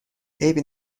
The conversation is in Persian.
عیبی